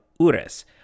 Ures